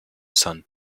son